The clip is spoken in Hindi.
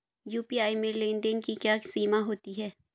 यू.पी.आई में लेन देन की क्या सीमा होती है?